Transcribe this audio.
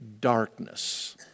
darkness